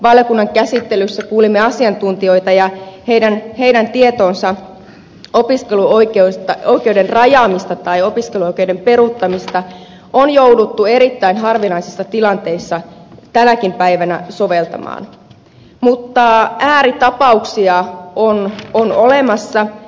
valiokunnan käsittelyssä kuulimme asiantuntijoita ja heidän tietonsa mukaan opiskeluoikeuden rajaamista tai opiskeluoikeuden peruuttamista on jouduttu erittäin harvinaisissa tilanteissa tänäkin päivänä soveltamaan mutta ääritapauksia on olemassa